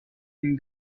une